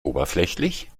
oberflächlich